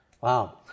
Wow